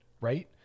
right